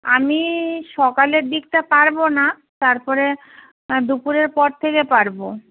আমি সকালের দিকটা পারব না তারপরে দুপুরের পর থেকে পারব